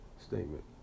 statement